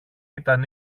ήταν